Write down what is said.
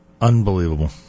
Unbelievable